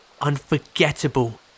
unforgettable